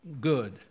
Good